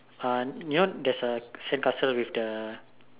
uh you know there's a sandcastle with the